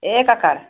एक एकड़